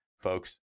Folks